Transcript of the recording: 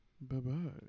bye-bye